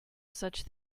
such